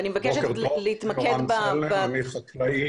אני חקלאי